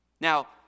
Now